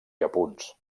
apunts